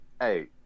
Hey